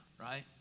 right